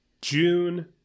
June